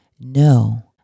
No